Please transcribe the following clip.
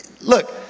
Look